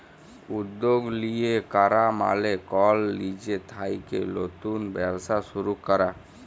উদ্যগ লিয়ে ক্যরা মালে কল লিজে থ্যাইকে লতুল ব্যবসা শুরু ক্যরা